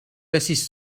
wessis